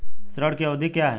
ऋण की अवधि क्या है?